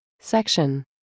Section